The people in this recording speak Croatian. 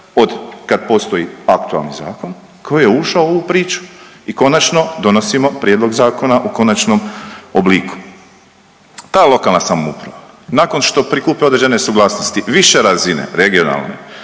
od kad postoji aktualni zakon koji je ušao u ovu priču i konačno donosimo prijedlog zakona u konačnom obliku. Ta lokalna samouprava nakon što prikupi određene suglasnosti više razine regionalne,